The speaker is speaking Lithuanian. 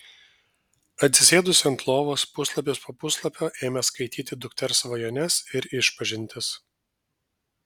atsisėdusi ant lovos puslapis po puslapio ėmė skaityti dukters svajones ir išpažintis